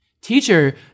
Teacher